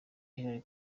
hillary